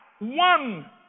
One